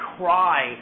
cry